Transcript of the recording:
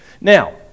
Now